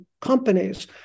companies